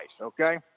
okay